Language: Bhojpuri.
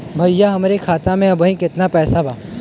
भईया हमरे खाता में अबहीं केतना पैसा बा?